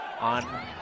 on